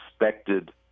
expected